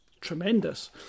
tremendous